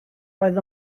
oedd